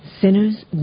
sinners